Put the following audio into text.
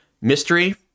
Mystery